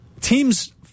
teams